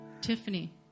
Tiffany